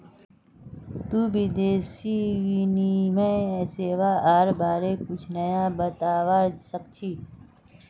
तुई विदेशी विनिमय सेवाआर बारे कुछु नया बतावा सक छी